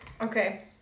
Okay